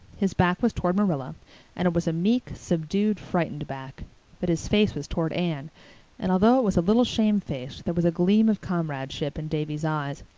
his back was toward marilla and it was a meek, subdued, frightened back but his face was toward anne and although it was a little shamefaced there was a gleam of comradeship in davy's eyes,